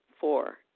Four